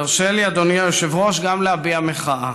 ירשה לי אדוני היושב-ראש גם להביע מחאה.